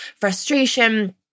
frustration